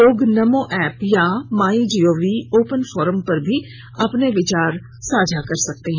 लोग नमो ऐप या my gov open forum पर भी अपने विचार साझा कर सकते हैं